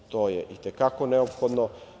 To je i te kako neophodno.